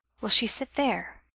will she sit there?